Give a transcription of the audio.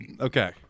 Okay